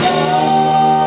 you know